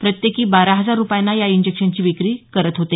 प्रत्येकी बारा हजार रुपयांना या इंजेक्शनची विक्री ते विक्री करत होते